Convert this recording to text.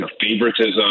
favoritism